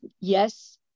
yes